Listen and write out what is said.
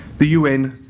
the u n.